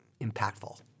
impactful